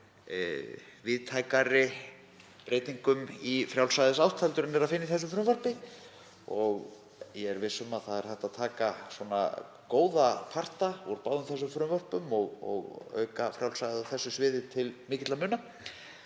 víðtækari breytingum í frjálsræðisátt heldur en er að finna í þessu frumvarpi. Ég er viss um að hægt er að taka góða parta úr báðum þessum frumvörpum og auka frjálsræðið á þessu sviði til mikilla muna.